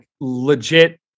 legit